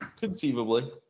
Conceivably